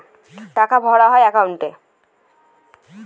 টাকা ভরা হয় একাউন্টে